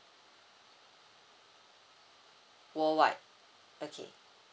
worldwide okay